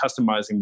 customizing